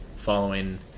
following